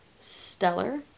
stellar